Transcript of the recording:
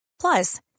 Plus